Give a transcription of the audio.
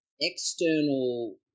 external